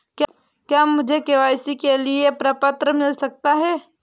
क्या मुझे के.वाई.सी के लिए प्रपत्र मिल सकता है?